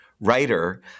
writer